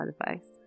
advice